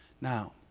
Now